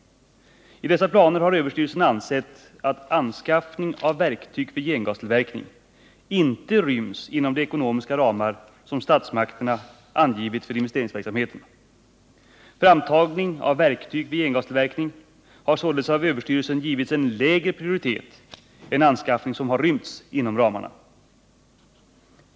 I dessa planer har ÖEF ansett att anskaffning av verktyg för gengastillverkning inte ryms inom de ekonomiska ramar som statsmakterna angivit för investeringsverksamheten. Framtagning av verktyg för gengastillverkning har således av ÖEF givits en lägre prioritet än anskaffning som har rymts inom ramarna.